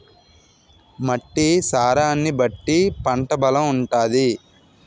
మట్టి సారాన్ని బట్టి పంట బలం ఉంటాది